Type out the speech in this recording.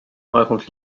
raconte